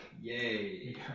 Yay